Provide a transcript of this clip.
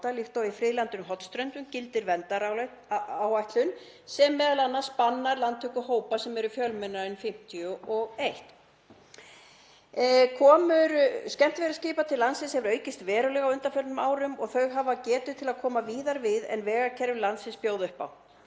líkt og í friðlandinu Hornströndum þar sem gildir verndaráætlun sem m.a. bannar landtöku hópa sem eru fjölmennari en 51. Komur skemmtiferðaskipa til landsins hafa aukist verulega á undanförnum árum og þau hafa getu til að koma víðar við en vegakerfi landsins býður upp á.